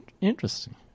Interesting